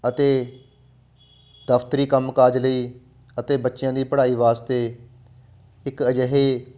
ਅਤੇ ਦਫਤਰੀ ਕੰਮ ਕਾਜ ਲਈ ਅਤੇ ਬੱਚਿਆਂ ਦੀ ਪੜ੍ਹਾਈ ਵਾਸਤੇ ਇੱਕ ਅਜਿਹੇ